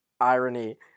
irony